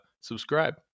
subscribe